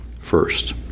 first